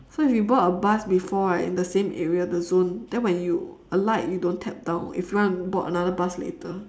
so if you board a bus before right in the same area the zone then when you alight you don't tap down if you want to board another bus later